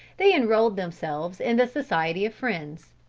they enrolled themselves in the society of friends.